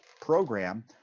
program